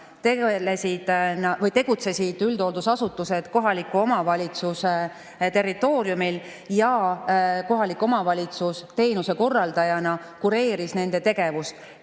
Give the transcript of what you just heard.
tegutsesid üldhooldusasutused kohaliku omavalitsuse territooriumil ja kohalik omavalitsus teenuse korraldajana kureeris nende tegevust.